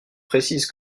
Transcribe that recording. précise